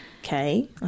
okay